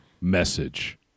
Message